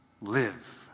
live